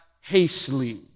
hastily